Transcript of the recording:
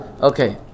Okay